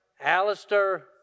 Alistair